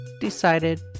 decided